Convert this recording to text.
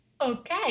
okay